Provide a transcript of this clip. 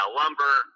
lumber